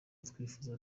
twifuza